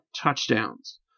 touchdowns